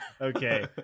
Okay